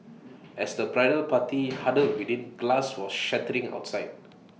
as the bridal party huddled within glass was shattering outside